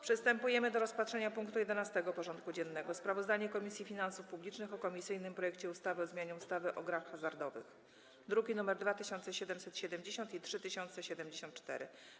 Przystępujemy do rozpatrzenia punktu 11. porządku dziennego: Sprawozdanie Komisji Finansów Publicznych o komisyjnym projekcie ustawy o zmianie ustawy o grach hazardowych (druki nr 2770 i 3074)